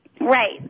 Right